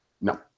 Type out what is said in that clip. No